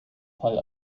fall